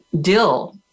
Dill